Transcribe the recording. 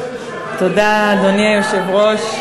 אדוני היושב-ראש,